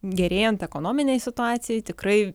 gerėjant ekonominei situacijai tikrai